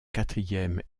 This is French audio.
quatrième